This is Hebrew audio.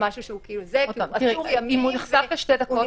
משהו שהוא --- אם הוא נחשף לשתי דקות,